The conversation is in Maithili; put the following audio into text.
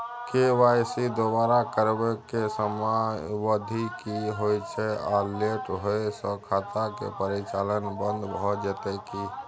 के.वाई.सी दोबारा करबै के समयावधि की होय छै आ लेट होय स खाता के परिचालन बन्द भ जेतै की?